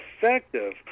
effective